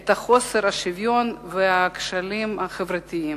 את חוסר השוויון ואת הכשלים החברתיים.